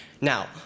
Now